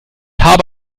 habe